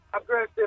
aggressive